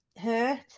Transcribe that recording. hurt